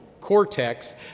cortex